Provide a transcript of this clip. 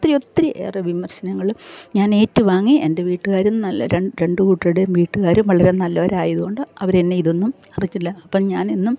ഒത്തിരി ഒത്തിരി ഏറെ വിമർശനങ്ങള് ഞാനേറ്റു വാങ്ങി എൻ്റെ വീട്ടുകാരും നല്ല രണ്ട് കൂട്ടരുടെയും വീട്ടുകാര് വളരെ നല്ലവരായത് കൊണ്ട് അവരെന്നെ ഇതൊന്നും അറിയിച്ചില്ല അപ്പം ഞാനെന്നും